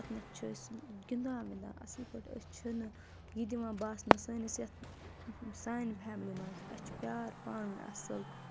پَتہٕ نہٕ چھِ أسۍ گِنٛدان وِندان اَصٕل پٲٹھۍ أسۍ چھِنہٕ یہِ دِوان باسنہٕ سٲنِس یَتھ سانہِ فیملی منٛز اَسہِ چھُ پیار پانہٕ ؤنۍ اَصٕل